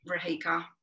Rahika